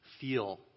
feel